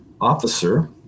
officer